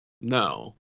No